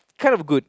kind of good